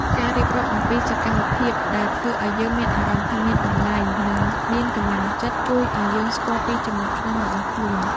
ការរៀបរាប់អំពីសកម្មភាពដែលធ្វើឱ្យយើងមានអារម្មណ៍ថាមានតម្លៃ និងមានកម្លាំងចិត្ត ជួយឱ្យយើងស្គាល់ពីចំណុចខ្លាំងរបស់ខ្លួន។